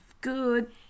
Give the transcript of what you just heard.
good